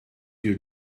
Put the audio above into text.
you